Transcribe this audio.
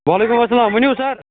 وعلیکُم اسلام ؤنِو سَر